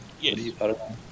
Yes